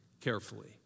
carefully